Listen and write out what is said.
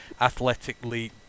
athletically